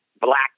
black